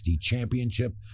Championship